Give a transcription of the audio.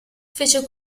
fece